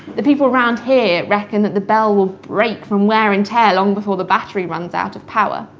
the people round here reckon that the bell will break from wear and tear long before the battery runs out of power.